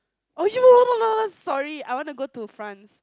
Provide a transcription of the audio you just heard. oh yo lah sorry I want to go to France